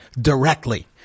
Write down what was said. directly